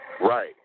Right